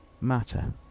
matter